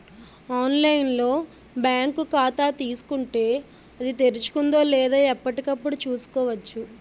online లో bank ఖాతా తీసుకుంటే, అది తెరుచుకుందో లేదో ఎప్పటికప్పుడు చూసుకోవచ్చు